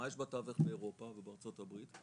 מה יש בטווח באירופה ובארצות הברית?